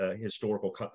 historical